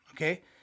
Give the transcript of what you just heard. Okay